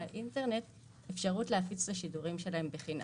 האינטרנט אפשרות להפיץ את השידורים שלהם בחינם,